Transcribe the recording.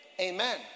Amen